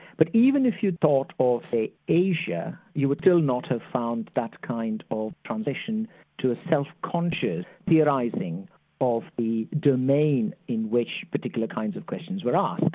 but even if you thought of say asia, you will still not have found that kind of transition to a self-conscious theorising of the domain in which particular kinds of questions but